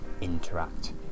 interact